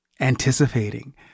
anticipating